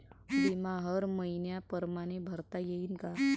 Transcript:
बिमा हर मइन्या परमाने भरता येऊन का?